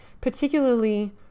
particularly